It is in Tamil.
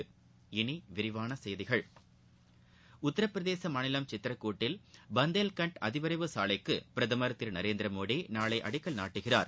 இனி விரிவான செய்திகள் உத்தரப்பிரதேச மாநிலம் சித்திரகுட்டில் பந்தேர்கண்ட் அதிவிரைவு சாலைக்கு பிரதம் திரு நரேந்திர மோடி நாளை அடிக்கல் நாட்டுகிறார்